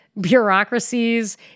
bureaucracies